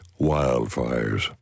wildfires